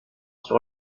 sur